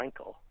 Frankel